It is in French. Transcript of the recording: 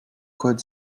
code